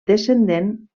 descendent